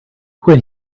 when